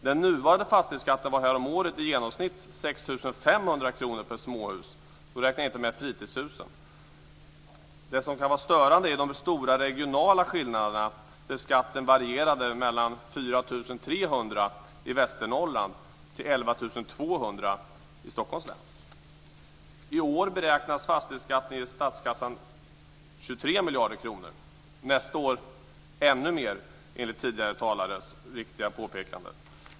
Den nuvarande fastighetsskatten var häromåret i genomsnitt 6 500 kr per småhus. Då räknar jag inte med fritidshusen. Det som kan vara störande är de stora regionala skillnaderna, där skatten varierade mellan 4 300 i Västernorrland till miljarder kronor - nästa år ännu mer, enligt tidigare talares riktiga påpekanden.